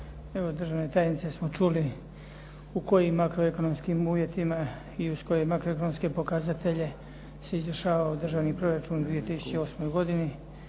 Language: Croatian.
državne tajnice smo čuli u kojima makroekonomskim uvjetima i uz koje makroekonomske pokazatelje se izvršio državni proračun u 2008. godini